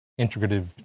integrative